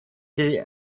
sie